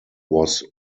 was